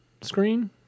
screen